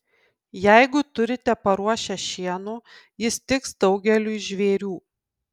jeigu turite paruošę šieno jis tiks daugeliui žvėrių